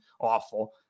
awful